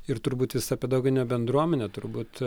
ir turbūt visa pedagoginė bendruomenė turbūt